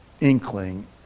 inkling